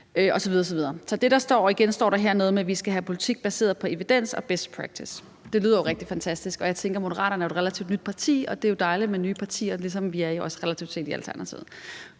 står der igen noget med, at man skal føre politik baseret på evidens og best practice. Det lyder rigtig fantastisk, og jeg tænker, at Moderaterne jo er et relativt nyt parti, og det er jo dejligt med nye partier, ligesom vi jo også relativt set er det i Alternativet.